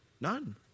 None